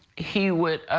he would